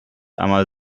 einmal